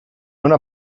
una